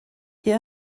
hier